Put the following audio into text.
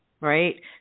Right